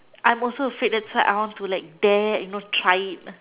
I'm also afraid that's why I want to dare you know try it